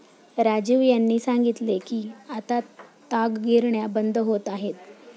राजीव यांनी सांगितले की आता ताग गिरण्या बंद होत आहेत